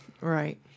Right